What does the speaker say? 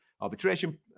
arbitration